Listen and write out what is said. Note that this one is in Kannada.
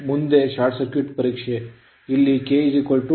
ಮುಂದೆ ಶಾರ್ಟ್ ಸರ್ಕ್ಯೂಟ್ ಪರೀಕ್ಷೆ ಇಲ್ಲಿ K 2